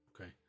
Okay